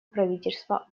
правительство